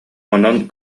онон